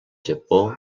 japó